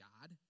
God –